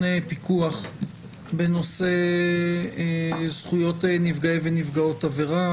פיקוח בנושא זכויות נפגעי ונפגעות עבירה,